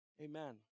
Amen